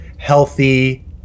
healthy